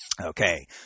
Okay